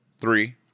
Three